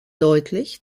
deutlich